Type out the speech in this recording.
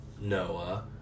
Noah